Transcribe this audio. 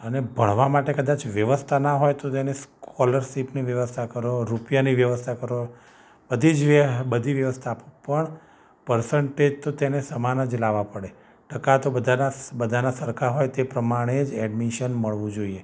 અને ભણવા માટે કદાચ વ્યવસ્થા ના હોય તો તેને સ્કોલરશીપની વ્યવસ્થા કરો રૂપિયાની વ્યવસ્થા કરો બધી જ વ્ય બધી જ વ્યવસ્થા પણ પરસેન્ટેજ તો તેને સમાન જ લાવવા પડે ટકા તો બધાના બધાના સરખા હોય તે પ્રમાણે જ અડ્મિશન મળવું જોઈએ